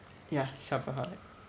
ya shopaholic